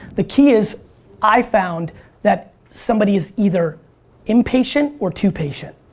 the key is i found that somebody is either impatient or too patient.